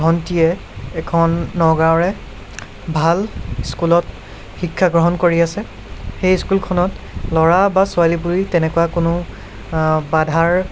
ভণ্টীয়ে এখন নগাঁৱৰে ভাল স্কুলত শিক্ষা গ্ৰহণ কৰি আছে সেই স্কুলখনত ল'ৰা বা ছোৱালী বুলি তেনেকুৱা কোনো বাধাৰ